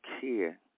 care